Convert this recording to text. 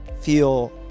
feel